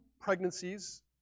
pregnancies